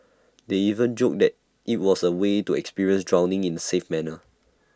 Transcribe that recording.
they even joked that IT was A way to experience drowning in A safe manner